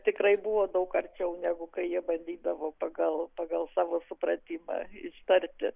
tikrai buvo daug arčiau negu kai jie bandydavo pagal pagal savo supratimą ištarti